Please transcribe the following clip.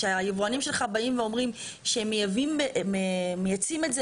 שהיבואנים שלך באים ואומרים שהם מייצאים את זה